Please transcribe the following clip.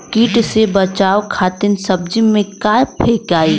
कीट से बचावे खातिन सब्जी में का फेकाई?